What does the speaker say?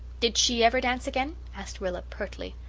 did she ever dance again? asked rilla pertly.